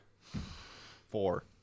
Four